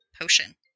potion